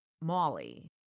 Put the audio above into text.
Molly